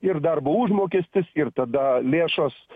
ir darbo užmokestis ir tada lėšos